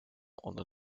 onder